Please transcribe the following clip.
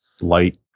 light